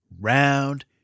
round